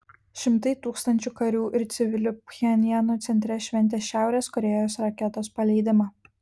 šimtai tūkstančių karių ir civilių pchenjano centre šventė šiaurės korėjos raketos paleidimą